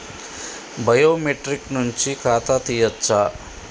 Biometric నుంచి ఖాతా తీయచ్చా?